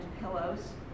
pillows